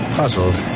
puzzled